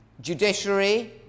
judiciary